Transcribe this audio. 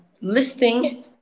listing